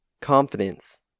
confidence